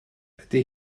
ydy